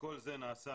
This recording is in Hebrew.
כל זה נעשה,